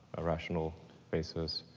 a rational basis.